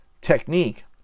technique